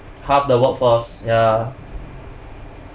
half the workforce ya